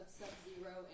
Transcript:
Sub-Zero